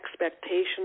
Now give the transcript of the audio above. expectations